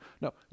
No